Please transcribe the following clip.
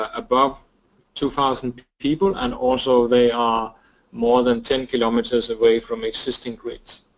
ah above two thousand people and also they are more than ten kilometers away from existing grids.